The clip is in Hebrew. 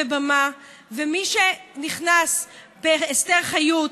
ואולי חלק מהם הגיעו לפעילות מסוימת,